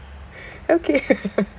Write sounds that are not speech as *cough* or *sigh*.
okay *laughs*